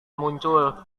muncul